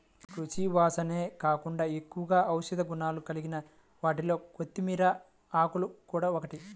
రుచి, సువాసనే కాకుండా ఎక్కువగా ఔషధ గుణాలు కలిగిన వాటిలో కొత్తిమీర ఆకులు గూడా ఒకటి